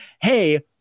Hey